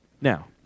Now